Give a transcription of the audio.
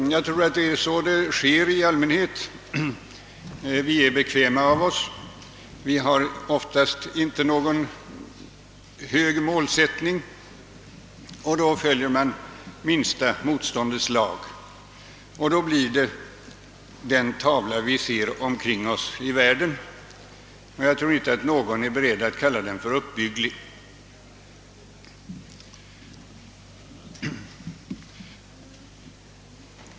Jag tror att det är så det sker i allmänhet. Vi är bekväma av oss, vi har oftast inte någon målsättning. Då följer man minsta motståndets lag, och då blir det den tavla vi ser omkring oss i världen; jag tror inte att någon är beredd att kalla den för uppbygglig.